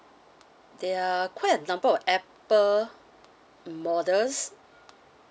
there are quite a number of apple models